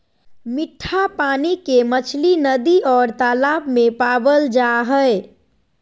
मिट्ठा पानी के मछली नदि और तालाब में पावल जा हइ